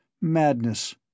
madness